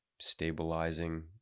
stabilizing